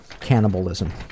cannibalism